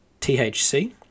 THC